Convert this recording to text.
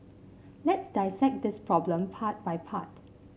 let's dissect this problem part by part